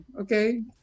okay